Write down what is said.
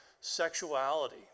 sexuality